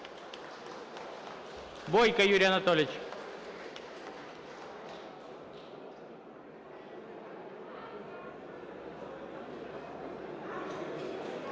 Бойко Юрій Анатолійович.